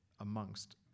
amongst